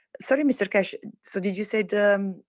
sorry mr. keshe so, did you say the.